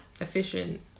Efficient